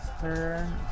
turn